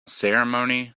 ceremony